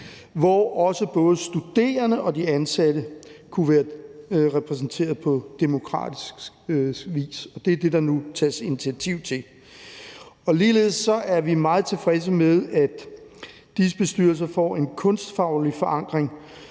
hvor også både studerende og de ansatte kan være repræsenteret på demokratisk vis. Det er det, der nu tages initiativ til. Ligeledes er vi meget tilfredse med, at disse bestyrelser får en kunstfaglig forankring